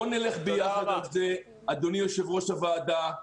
בוא נלך ביחד, אדוני יו"ר הוועדה,